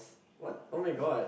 what [oh]-my-god